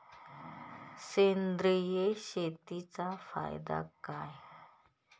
सेंद्रिय शेतीचा फायदा काय?